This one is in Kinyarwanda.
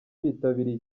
bitabiriye